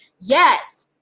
Yes